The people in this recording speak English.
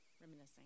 reminiscing